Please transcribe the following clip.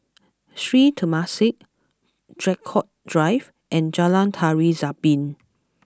Sri Temasek Draycott Drive and Jalan Tari Zapin